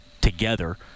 together